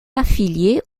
affilié